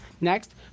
Next